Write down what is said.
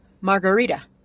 margarita